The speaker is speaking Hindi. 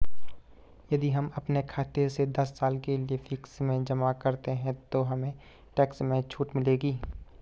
यदि हम अपने खाते से दस साल के लिए फिक्स में जमा करते हैं तो हमें क्या टैक्स में छूट मिलेगी?